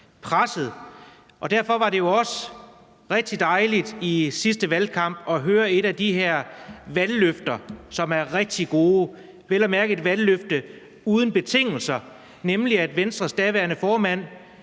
presset. Derfor var det jo også rigtig dejligt i sidste valgkamp at høre et af de her valgløfter, som er rigtig gode, og vel at mærke et valgløfte uden betingelser, nemlig at Venstres daværende formand,